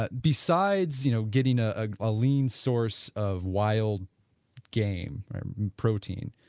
ah besides you know, getting a ah ah lean source of wild game protein,